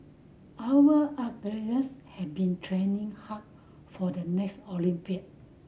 our had been training hard for the next Olympic